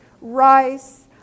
rice